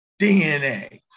DNA